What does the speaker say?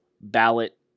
ballot